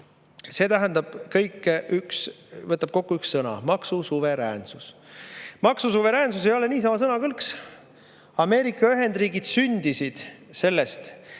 kõige võtab kokku üks sõna: maksusuveräänsus. Maksusuveräänsus ei ole niisama sõnakõlks. Ameerika Ühendriigid sündisid sellest, et